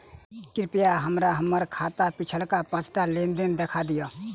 कृपया हमरा हम्मर खाताक पिछुलका पाँचटा लेन देन देखा दियऽ